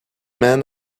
man